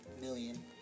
million